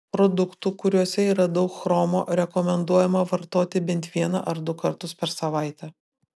produktų kuriuose yra daug chromo rekomenduojama vartoti bent vieną ar du kartus per savaitę